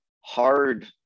hard